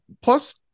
Plus